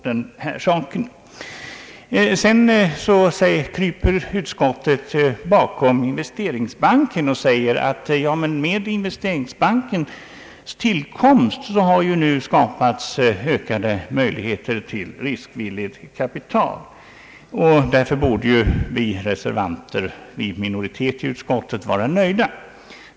Sedan kryper utskottet bakom investeringsbanken och menar att i och med dess tillkomst har det nu skapats ökade möjligheter att erhålla riskvilligt kapital. Därför borde ju vi reservanter — en minoritet i utskottet — vara nöjda.